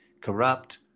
corrupt